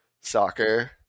soccer